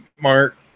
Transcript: Mark